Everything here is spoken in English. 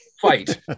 Fight